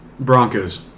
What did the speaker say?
Broncos